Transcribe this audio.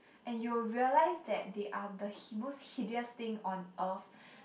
and you'll realized that they are the hi~ most hideous thing on earth